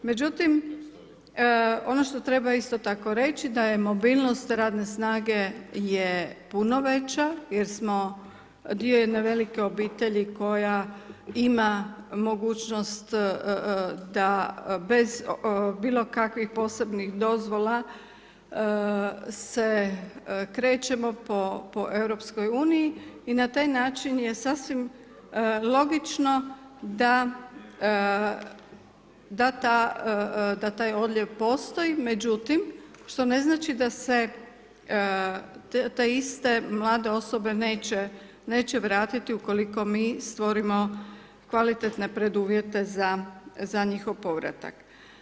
Međutim, ono što treba isto tako reći da je mobilnost radne snage je puno veća jer smo dio jedne velike obitelji koja ima mogućnost da bez bilo kakvi posebni dozvola se krećemo po Europskoj uniji i na taj način je sasvim logično da taj odljev postoji, međutim što ne znači da se te iste mlade osobe neće vratiti ukoliko mi stvorimo kvalitetne preduvjete za njihov povratak.